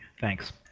Thanks